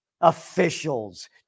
Officials